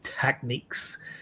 techniques